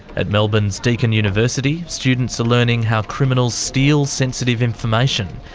at melbourne's deakin university, students are learning how criminals steal sensitive information.